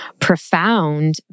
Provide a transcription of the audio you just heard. profound